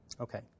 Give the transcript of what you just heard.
Okay